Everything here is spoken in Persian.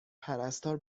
پرستار